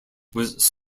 was